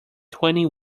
twenty